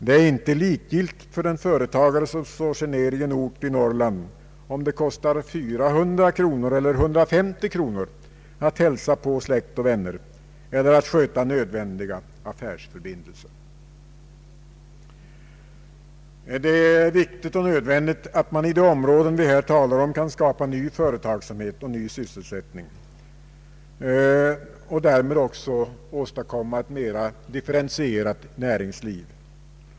Det är inte likgiltigt för den företagare som slår sig ned i en ort i Norrland, om det kostar 400 kronor eller 150 kronor att hälsa på släkt och vänner eller att sköta nödvändiga affärsförbindelser. Det är viktigt och nödvändigt att man i de områden vi här talar om kan skapa ny företagsamhet och ny sysselsättning och därmed också åstadkomma ett mera differentierat näringsliv.